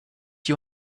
you